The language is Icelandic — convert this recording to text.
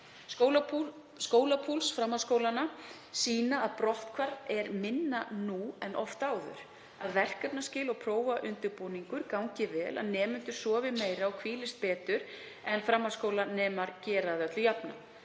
Skólapúls framhaldsskólanna sýnir að brotthvarf er minna nú en oft áður, að verkefnaskil og prófaundirbúningur gangi vel og að nemendur sofi meira og hvílist betur en framhaldsskólanemar gera alla jafna.